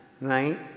right